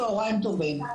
צוהריים טובים.